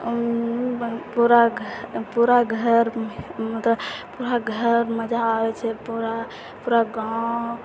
पूरा पूरा घर मतलब पूरा घर मजा आबै छै पूरा पूरा गाँव